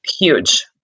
Huge